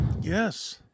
Yes